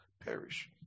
perish